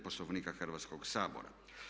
Poslovnika Hrvatskog sabora.